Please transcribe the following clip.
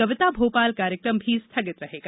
कविता भोपाल कार्यक्रम भी स्थगित रहेगा